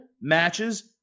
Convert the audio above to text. matches